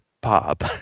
Bob